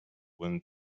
when